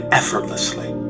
effortlessly